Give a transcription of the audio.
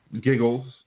giggles